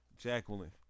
Jacqueline